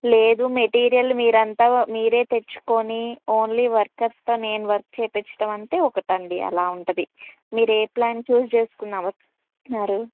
లేదు మెటీరియల్ మీరంతా మీరే తెచ్చుకొని ఓన్లీ వర్కర్స్తో నేను వర్క్ చేయించడంమంటే ఒకటండి అలా ఉంటది మీర ఏ ప్లాన్ చూజ్ చేసుకున్నా అన్నారు